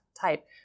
type